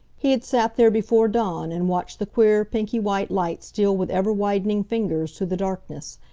he had sat there before dawn and watched the queer, pinky-white light steal with ever widening fingers through the darkness,